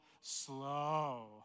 slow